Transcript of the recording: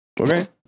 Okay